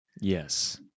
yes